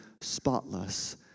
spotless